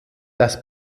das